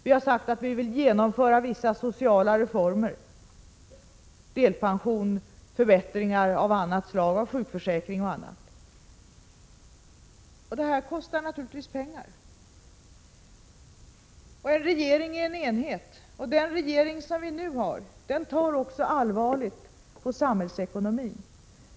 Vi har sagt att vi vill genomföra vissa sociala reformer, som delpension, förbättringar av sjukförsäkring och annat. Detta kostar naturligtvis pengar. En regering är en enhet, och den regering som vi nu har tar också allvarligt på samhällsekonomin.